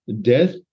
Death